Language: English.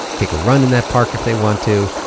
take a run in that park if they want to.